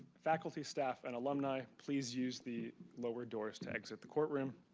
faculty, staff and alumni please use the lower doors to exit the courtroom.